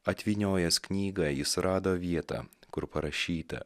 atvyniojęs knygą jis rado vietą kur parašyta